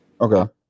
Okay